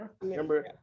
Remember